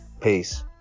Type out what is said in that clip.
peace